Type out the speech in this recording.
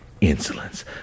Insolence